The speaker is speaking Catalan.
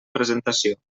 presentació